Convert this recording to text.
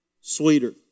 sweeter